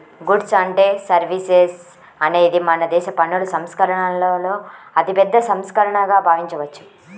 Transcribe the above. goods and services అనేది మనదేశ పన్నుల సంస్కరణలలో అతిపెద్ద సంస్కరణగా భావించవచ్చు